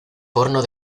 porno